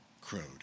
crowed